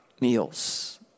meals